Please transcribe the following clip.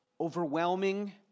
overwhelming